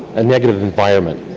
a negative environment,